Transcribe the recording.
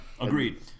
agreed